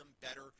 better